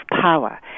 power